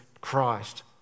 Christ